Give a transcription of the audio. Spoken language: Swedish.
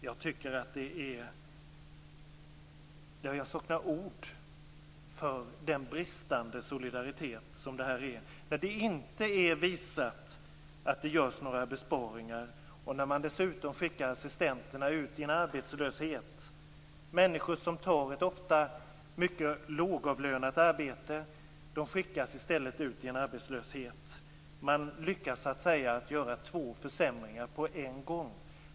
Jag saknar ord för den bristande solidaritet som detta innebär när man inte har kunnat visa att det görs några besparingar och när man dessutom skickar assistenterna ut i arbetslöshet. Dessa assistenter är människor som tar ett ofta mycket lågavlönat arbete. Man lyckas alltså göra två försämringar på en gång.